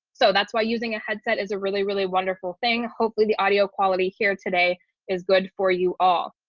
so that's why using a headset is a really really wonderful thing. hopefully the audio quality here today is good for you all.